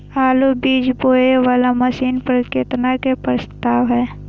आलु बीज बोये वाला मशीन पर केतना के प्रस्ताव हय?